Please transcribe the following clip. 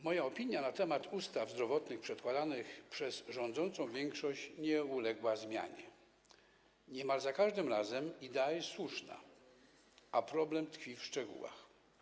Moja opinia na temat ustaw zdrowotnych przedkładanych przez rządzącą większość nie uległa zmianie - niemal za każdym razem idea jest słuszna, a problem tkwi w szczegółach.